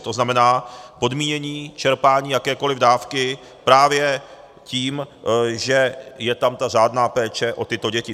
To znamená podmínění čerpání jakékoliv dávky právě tím, že je tam ta řádná péče o tyto děti.